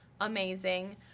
amazing